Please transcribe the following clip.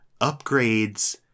upgrades